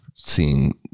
Seeing